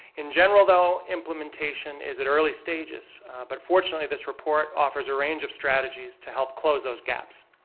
in general, though, implementation is at early stages but fortunately this report offers a range of strategies to help close those gaps.